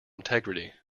integrity